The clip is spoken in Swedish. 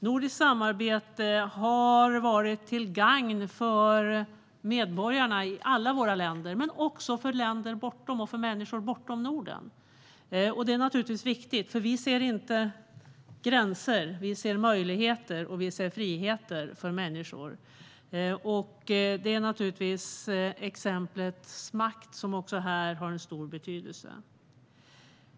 Nordiskt samarbete har varit till gagn för medborgarna i alla våra länder, men också för länder och människor bortom Norden. Det är naturligtvis viktigt. Vi ser inte gränser, vi ser möjligheter och friheter för människor. Exemplets makt har också här en stor betydelse.